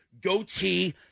goatee